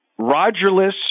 Rogerless